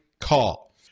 call